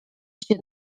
się